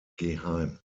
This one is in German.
geheim